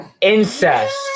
Incest